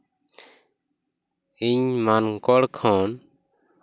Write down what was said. ᱤᱧ ᱢᱟᱱᱠᱚᱨ ᱠᱷᱚᱱ